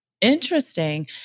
Interesting